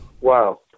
Wow